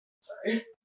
sorry